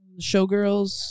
showgirls